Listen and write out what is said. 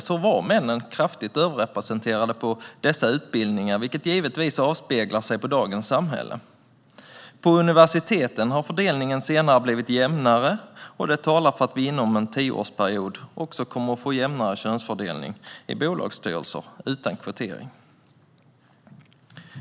Då var männen kraftigt överrepresenterade på dessa utbildningar, vilket givetvis avspeglar sig i dagens samhälle. På universiteten har fördelningen senare blivit jämnare. Det talar för att vi inom en tioårsperiod också kommer att få en jämnare könsfördelning i bolagsstyrelser, utan kvotering.